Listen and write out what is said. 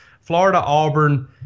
Florida-Auburn